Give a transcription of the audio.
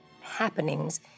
happenings